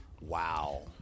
Wow